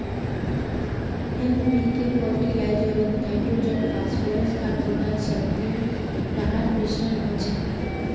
NPK फ़र्टिलाइज़रोत nitrogen, phosphorus आर potassium तीनो रहार मिश्रण होचे